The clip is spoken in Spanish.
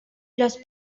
los